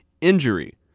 injury